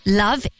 love